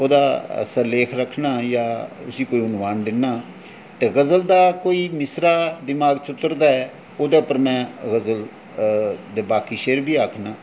ओह्दा सिरलेख रक्खना जां उसी कोई नाम दिन्नां ते गज़ल दा कोई मिसरा दमाग च उतरदा ऐ ते ओह्दे पर में गज़ल दे बाकी शे'र बी आखना